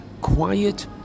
quiet